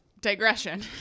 digression